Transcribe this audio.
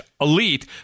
elite